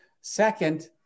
Second